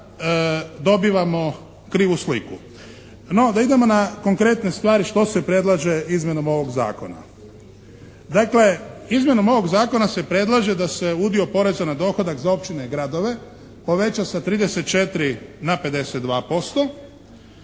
onda dobivamo krivu sliku. No, da idemo na konkretne stvari što se predlaže izmjenom ovog zakona. Dakle, izmjenom ovog zakona se predlaže da se udio poreza na dohodak za općine i gradove poveća sa 34 na 52%,